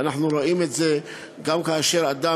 ואנחנו רואים את זה גם כאשר אדם,